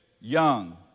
young